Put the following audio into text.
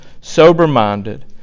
sober-minded